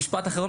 משפט אחרון,